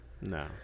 No